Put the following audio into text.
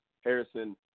Harrison